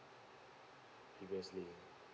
previously